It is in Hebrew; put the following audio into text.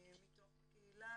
מתוך הקהילה,